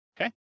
okay